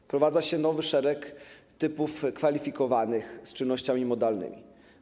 Wprowadza się nowy szereg typów kwalifikowanych z czynnościami modalnymi.